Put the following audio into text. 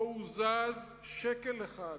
לא הוזז שקל אחד